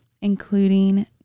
including